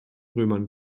römern